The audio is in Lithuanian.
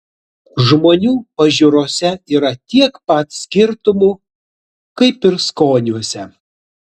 žmonių pažiūrose yra tiek pat skirtumų kaip ir skoniuose